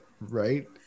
right